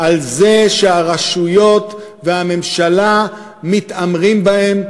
על זה שהרשויות והממשלה מתעמרות בהם,